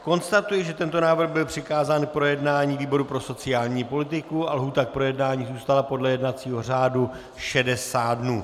Konstatuji, že tento návrh byl přikázán k projednání výboru pro sociální politiku a lhůta k projednání zůstala podle jednacího řádu 60 dnů.